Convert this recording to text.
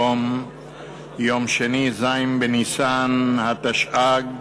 היום יום שני, ז' בניסן התשע"ג,